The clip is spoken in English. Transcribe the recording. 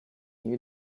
you